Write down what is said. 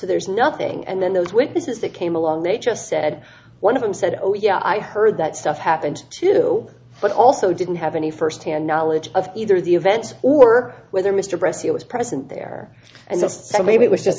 there's nothing and then those witnesses that came along they just said one of them said oh yeah i heard that stuff happened to do but i also didn't have any firsthand knowledge of either the events or whether mr breslin was present there and just so maybe it was just